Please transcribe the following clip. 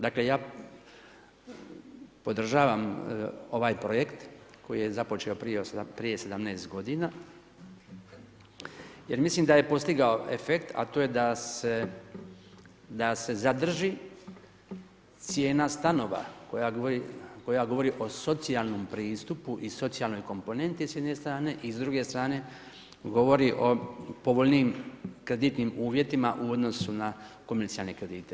Dakle ja podržavam ovaj projekt koji je započeo prije 17 godina jer mislim da je postigao efekt, a to je da se zadrži cijena stanova koja govori o socijalnom pristupu i socijalnoj komponenti s jedne strane i druge strane govori o povoljnijim kreditnim uvjetima u odnosu na komercijalne kredite.